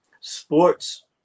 sports